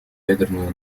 ядерную